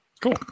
Cool